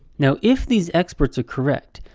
now, if these experts are correct,